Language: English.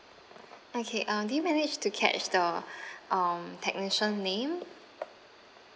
okay uh did you managed to catch the um technician name